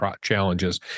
challenges